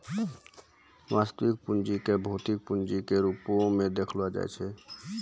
वास्तविक पूंजी क भौतिक पूंजी के रूपो म देखलो जाय छै